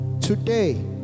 today